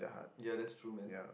ya that is true man